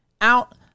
out